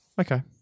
Okay